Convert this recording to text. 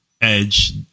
Edge